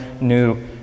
new